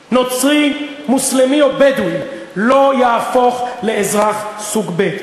נוצרי, מוסלמי או בדואי, לא יהפוך לאזרח סוג ב'.